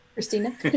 Christina